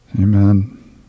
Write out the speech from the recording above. Amen